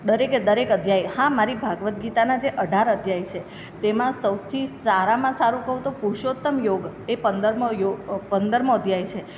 દરેકે દરેક અધ્યાય હા મારી ભગવદ્ ગીતાના જે અઢાર અધ્યાય છે તેમાં સૌથી સારામાં સારું કહુ તો પુરષોત્તમ યોગ એ પંદરમો યોગ પંદરમો અધ્યાય છે